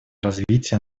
развития